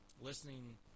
listening